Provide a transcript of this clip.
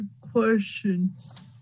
questions